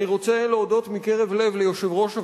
אני רוצה להודות מקרב לב ליושב-ראש הוועדה,